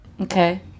Okay